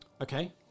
Okay